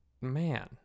man